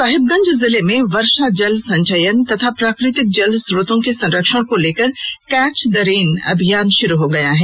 साहिबगंज जिले में वर्षा जल संचयन एवं प्राकृतिक जल स्रोतों के संरक्षण को लेकर कैच द रेन अभियान शुरू हो गया है